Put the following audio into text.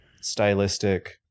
stylistic